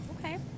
Okay